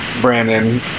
Brandon